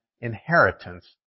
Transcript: inheritance